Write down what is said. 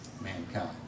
mankind